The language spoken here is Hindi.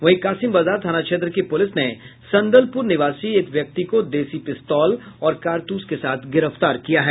वहीं कासिम बाजार थाना क्षेत्र की पुलिस ने सन्दलपुर निवासी एक व्यक्ति को देशी पिस्तौल और कारतूस के साथ गिरफ्तार किया है